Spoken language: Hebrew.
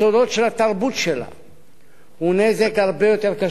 הוא נזק הרבה יותר קשה מהוויכוח עצמו.